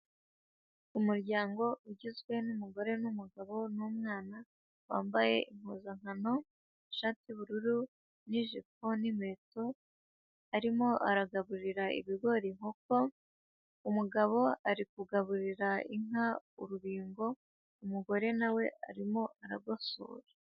Umuryango ugizwe n'umugore n'umugabo n'umwana, wambaye impuzankano, ishati y'ubururu n'ijipo n'inkweto, arimo aragaburira ibigori inkoko, umugabo ari kugaburira inka urubingo, umugore na we arimo aragosora.